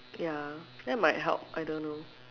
ya that might help I don't know